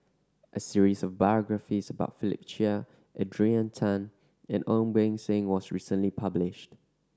a series of biographies about Philip Chia Adrian Tan and Ong Beng Seng was recently published